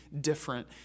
different